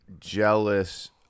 jealous